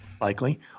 likely